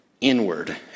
inward